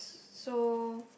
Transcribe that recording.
so